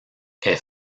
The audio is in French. est